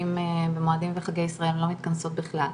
במועדים וחגי ישראל הן לא מתכנסות בכלל.